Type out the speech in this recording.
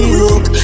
look